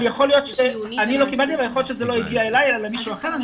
אבל יכול להיות שזה לא הגיע אלי אלא אל מישהו אחר.